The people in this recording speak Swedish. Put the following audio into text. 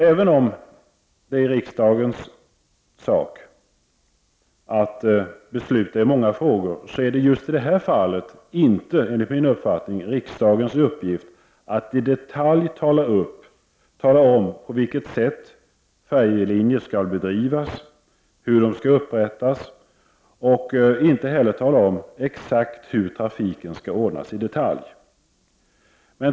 Även om det är riksdagens sak att besluta i många frågor, är det just i detta fall, enligt min uppfattning, inte riksdagens uppgift att i detalj tala om på vilket sätt färjelinjer skall bedrivas, hur de skall upprättas eller exakt hur trafiken skall ordnas.